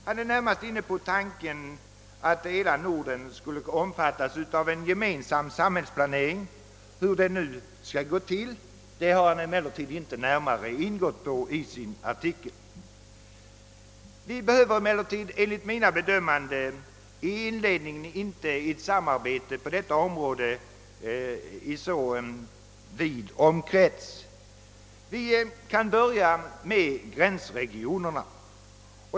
Hansen är närmast inne på tanken att hela Norden skulle omfattas av en gemensam samhällsplanering. Hur det skall gå till har han emellertid inte närmare gått in på i sin artikel. Enligt min bedömning behöver samarbetet på detta område inte vara så omfattande i inledningsskedet. Vi kan börja med gränsregionerna.